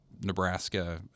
Nebraska